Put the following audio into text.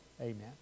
Amen